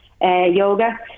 yoga